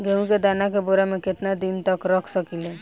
गेहूं के दाना के बोरा में केतना दिन तक रख सकिले?